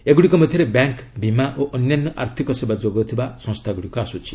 ଏଗୁଡ଼ିକ ମଧ୍ୟରେ ବ୍ୟାଙ୍କ୍ ବିମା ଓ ଅନ୍ୟାନ୍ୟ ଆର୍ଥିକ ସେବା ଯୋଗାଉଥିବା ସଂସ୍ଥାଗୁଡ଼ିକ ଆସୁଛି